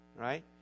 Right